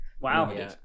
wow